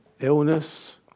illness